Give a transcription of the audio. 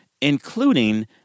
including